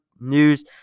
news